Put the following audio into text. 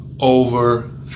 Over